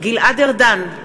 גלעד ארדן,